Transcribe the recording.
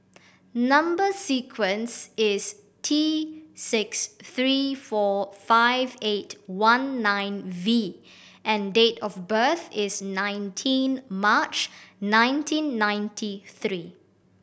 number sequence is T six three four five eight one nine V and date of birth is nineteen March nineteen ninety three